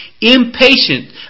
Impatient